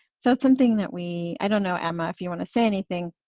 so it's something that we, i don't know, emma if you wanna say anything,